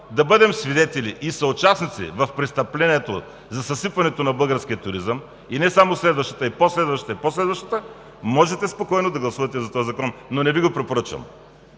да бъдем свидетели и съучастници в престъплението за съсипването на българския туризъм – и не само следващата, а и по-следващата, и по следващата, можете спокойно да гласувате за този закон, но не Ви го препоръчвам.